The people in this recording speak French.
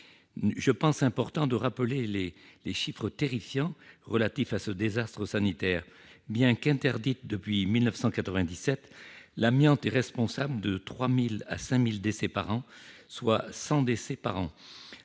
Je pense important de rappeler les chiffres terrifiants relatifs à ce désastre sanitaire : bien qu'interdite depuis 1997, l'amiante est responsable de 3 000 à 5 000 décès, soit 100 décès par an